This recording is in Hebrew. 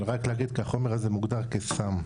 אבל רק להגיד כי החומר הזה מוגדר כסם,